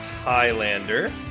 Highlander